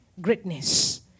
greatness